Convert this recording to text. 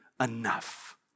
enough